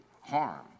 harm